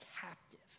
captive